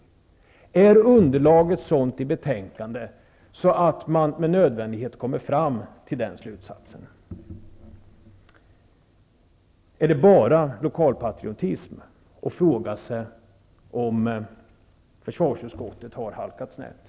Är underlaget till betänkandet av det slag att man med nödvändighet kommer fram till den slutsatsen? Handlar det enbart om lokalpatriotism när man frågar sig om försvarsutskottet har halkat snett?